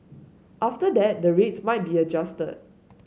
after that the rates might be adjusted